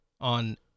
on